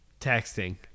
texting